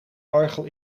orgel